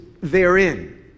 therein